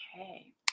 Okay